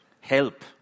help